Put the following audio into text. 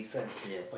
yes